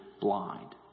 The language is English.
blind